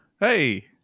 Hey